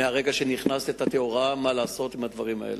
מהרגע שנכנסתי ונתתי הוראה מה לעשות עם הדברים האלה.